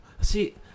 See